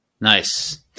Nice